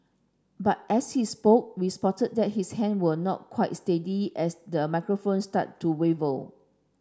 but as he spoke we spotted that his hand were not quite sturdy as the microphone started to waver